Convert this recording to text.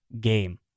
game